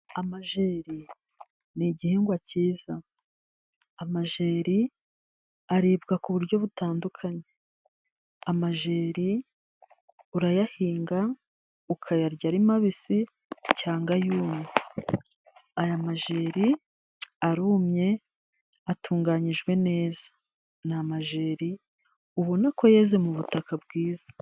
Amajeri n'igihingwa cyiza, amajeri aribwa ku buryo butandukanye, amajeri urayahinga, ukayarya ari mabisi, cyangwa yumye aya majeri arumye atunganyijwe neza, n'amajeri ubona ko yeze mu butaka bwiza.